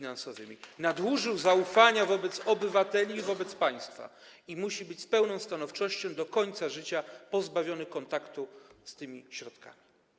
Nadużył zaufania wobec obywateli i wobec państwa i z pełną stanowczością musi być do końca życia pozbawiony kontaktu z tymi środkami.